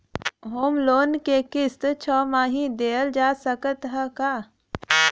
Home loan क किस्त छमाही देहल जा सकत ह का?